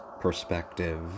perspective